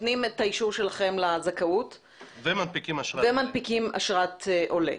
נותנים את האישור שלכם לזכאות ומנפיקים אשרת עולה.